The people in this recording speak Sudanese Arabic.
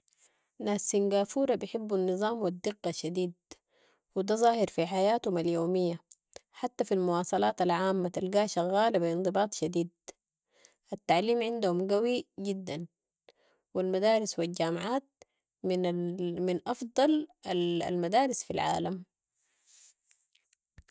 ناس سينغافورة بحبوا النظام و الدقة شديد و ده ظاهر في حياتهم اليومية، حتى في المواصلات العامة تلقاها شغالة بانضباط شديد، التعليم عندهم قوي جدا و المدارس و الجامعات من ال- من افضل ال- المدارس في العالم.